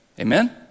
Amen